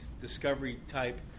discovery-type